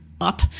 up